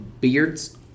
beards